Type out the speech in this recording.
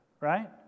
Right